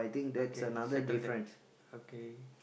okay settle that okay